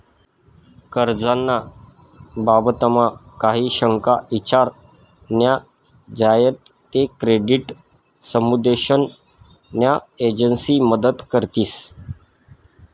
कर्ज ना बाबतमा काही शंका ईचार न्या झायात ते क्रेडिट समुपदेशन न्या एजंसी मदत करतीस